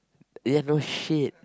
ya no shit